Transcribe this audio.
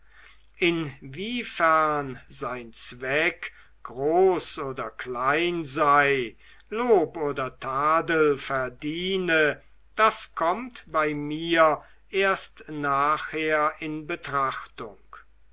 inwiefern sein zweck groß oder klein sei lob oder tadel verdiene das kommt bei mir erst nachher in betrachtung